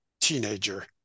teenager